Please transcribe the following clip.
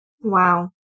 Wow